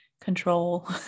control